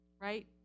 right